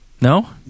No